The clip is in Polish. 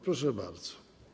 Proszę bardzo.